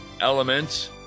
elements